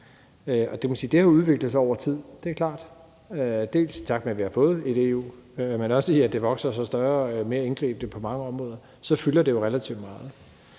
det har udviklet sig over tid. Det er klart. Det er takket være, at vi har fået EU, men også i og med at det vokser sig større og er mere indgribende på mange områder, fylder det relativt meget.